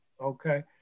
okay